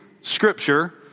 scripture